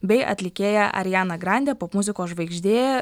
bei atlikėja ariana grandė popmuzikos žvaigždė